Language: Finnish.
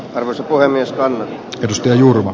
arvoisa puhemiestään tekstiä jurva